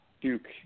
Duke